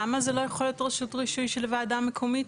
למה זה לא יכול להיות רשות רישוי של ועדה מקומית,